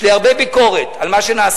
יש לי הרבה ביקורת על מה שנעשה,